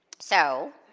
so,